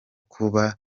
kuba